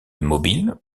mobile